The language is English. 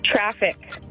Traffic